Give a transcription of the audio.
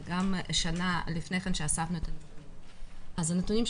וגם שנה לפני כן שאספנו את הנתונים.